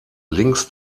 links